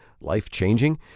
life-changing